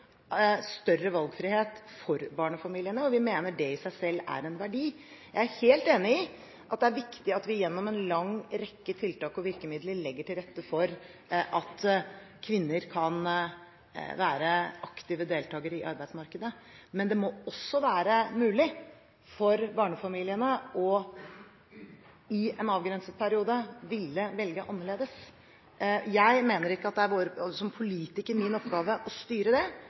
større valgfrihet for barnefamiliene. Vi mener det i seg selv er en verdi. Jeg er helt enig i at det er viktig at vi gjennom en lang rekke tiltak og virkemidler legger til rette for at kvinner kan være aktive deltakere i arbeidsmarkedet, men det må også være mulig for barnefamiliene i en avgrenset periode å velge annerledes. Jeg mener ikke at det er vår oppgave som politikere å styre det.